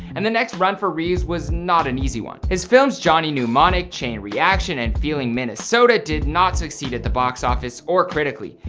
and the next run for reeves was not an easy one. his films johnny mnemonic, chain reaction and feeling minnesota did not succeed at the box office, or critically.